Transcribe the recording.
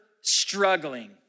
struggling